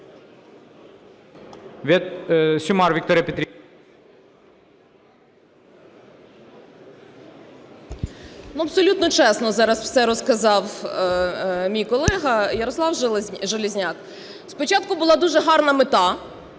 Абсолютно чесно зараз все розказав мій колега Ярослав Железняк. Спочатку була дуже гарна мета: